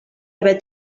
haver